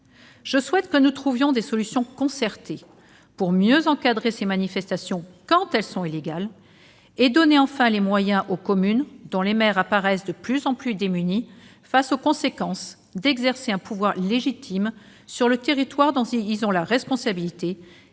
Je souhaite que nous trouvions des solutions concertées pour mieux encadrer ces manifestations quand elles sont illégales et donner enfin les moyens aux communes, dont les maires apparaissent de plus en plus démunis face aux conséquences, d'exercer un pouvoir légitime sur le territoire dont ils ont la responsabilité